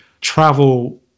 travel